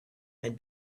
had